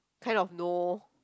kind of know